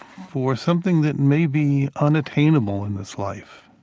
for something that may be unattainable in this life,